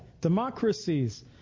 Democracies